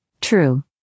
True